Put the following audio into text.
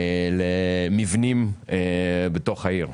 למבנים בתוך העיר.